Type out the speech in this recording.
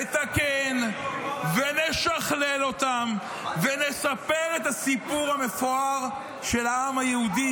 נתקן ונשכלל אותם ונספר את הסיפור המפואר של העם היהודי.